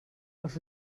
els